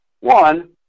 One